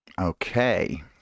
okay